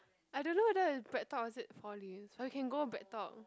I don't know there is BreadTalk or is it Four Leaves or you can go BreadTalk